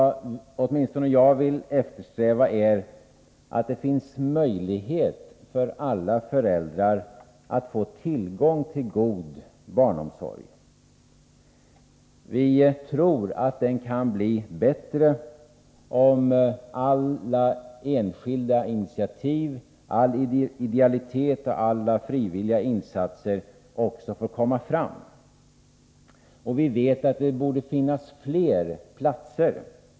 Vad åtminstone jag vill eftersträva är att det finns möjlighet för alla föräldrar att få tillgång till god barnomsorg. Vi tror att den kan bli bättre om alla enskilda initiativ, all idealitet och alla frivilliga insatser också får komma fram. Vi vet att det borde finnas fler platser.